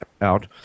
out